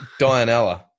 Dianella